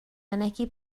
mynegi